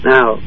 Now